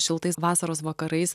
šiltais vasaros vakarais